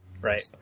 Right